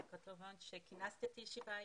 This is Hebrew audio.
קוטלר וונש על שכינסת את הישיבה היום.